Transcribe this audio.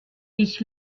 ich